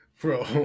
bro